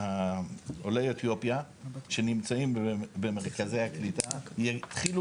עולי אתיופיה שנמצאים במרכזי הקליטה יתחילו